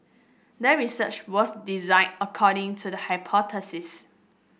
the research was designed according to the hypothesis